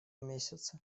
месяца